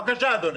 בבקשה, אדוני.